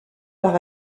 par